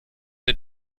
der